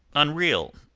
unreal,